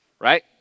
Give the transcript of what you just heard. right